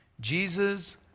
Jesus